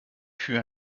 fut